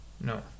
No